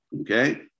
Okay